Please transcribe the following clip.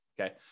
okay